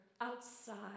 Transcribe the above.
outside